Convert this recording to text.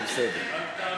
זה בסדר.